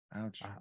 Ouch